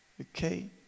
okay